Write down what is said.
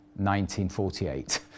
1948